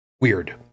weird